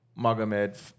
Magomed